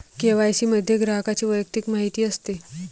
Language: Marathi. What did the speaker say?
के.वाय.सी मध्ये ग्राहकाची वैयक्तिक माहिती असते